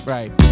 Right